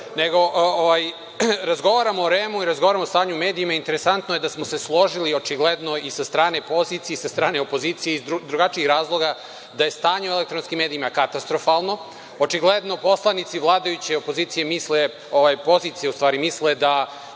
razgovaramo o REM-u, razgovaramo o stanju u medijima, i interesantno je da smo se složili očigledno i sa strane poziciji i sa strane opozicije, iz drugačijih razloga, da je stanje u elektronskim medijima katastrofalno. Očigledno poslanici vladajuće pozicije misle da je katastrofalno